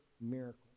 miracle